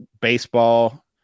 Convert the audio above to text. baseball